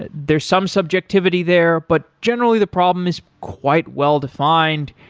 ah there's some subjectivity there, but generally the problem is quite well-defined.